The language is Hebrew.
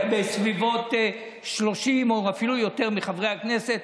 בסביבות 30 חברי כנסת,